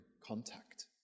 contact